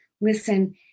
Listen